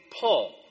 Paul